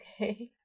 okay